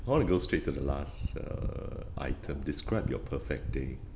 I wanna go straight to the last uh item describe your perfect day